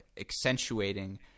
accentuating